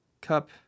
Cup